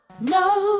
No